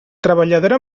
treballadora